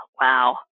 Wow